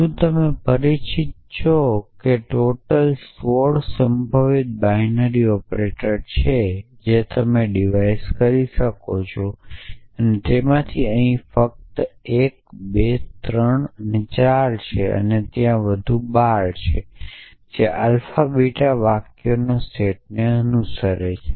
શું તમે પરિચિત છો કે ટોટલ સોળ સંભવિત બાઇનરિ ઓપરેટર છે જે તમે ડિવાઇસ કરી શકો છો અને તેમાંના અહી ફક્ત 1 2 3 4 છે અને ત્યાં 12 વધુ છે જે આલ્ફા બીટા વાક્યોના સેટને અનુસરે છે